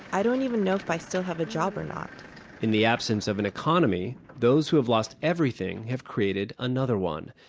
i don't even know if i still have a job or not in the absence of an economy, those who have lost everything have created another one.